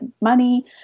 money